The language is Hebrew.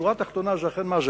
בשורה התחתונה, זה אכן מס.